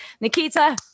nikita